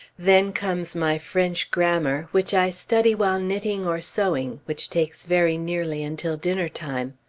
then comes my french grammar, which i study while knitting or sewing, which takes very nearly until dinner-time.